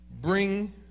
bring